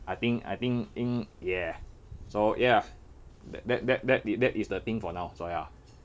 I think I think think yeah so ya that that that is that is the thing for now so ya